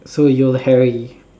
so you're Harry